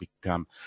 become